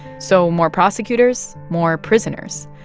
so more prosecutors, more prisoners,